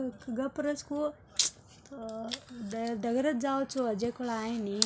strawberry ಹಣ್ಣುನ juice ice cream ಮಿಲ್ಕ್ಶೇಕಗಳ ತಯಾರಿಕ ಹೆಚ್ಚಿನ ಪ್ರಮಾಣದಾಗ ಬಳಸ್ತಾರ್